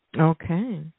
okay